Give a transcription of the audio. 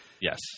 Yes